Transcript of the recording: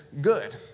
good